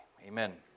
Amen